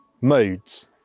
modes